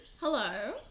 Hello